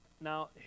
Now